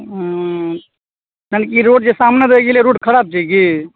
हुँ यानि कि रोड जे सामने रहै छलै रोड खराब छै की